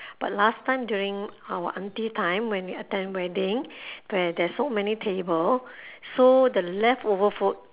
but last time during our auntie time when we attend wedding where there's so many table so the leftover food